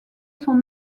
son